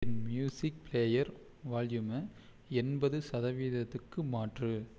என் music player வால்யூமை எண்பது சதவீதத்துக்கு மாற்று